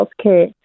healthcare